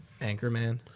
Anchorman